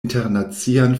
internacian